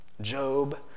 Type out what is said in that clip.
Job